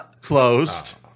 Closed